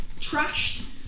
trashed